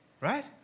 right